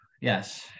Yes